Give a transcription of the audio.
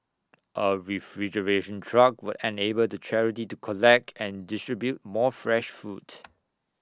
A refrigeration truck will enable to charity to collect and distribute more fresh food